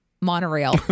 Monorail